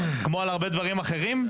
כמו על הרבה דברים אחרים,